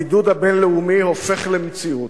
הבידוד הבין-לאומי הופך למציאות,